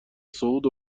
صعود